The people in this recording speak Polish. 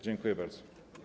Dziękuję bardzo.